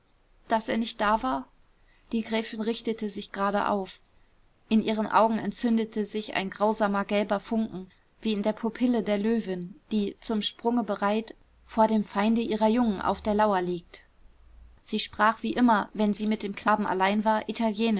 daß er nicht da war die gräfin richtete sich gerade auf in ihren augen entzündete sich ein grausamer gelber funken wie in der pupille der löwin die zum sprunge bereit vor dem feinde ihrer jungen auf der lauer liegt sie sprach wie immer wenn sie mit dem knaben allein war